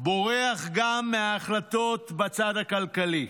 בורח גם מההחלטות בצד הכלכלי.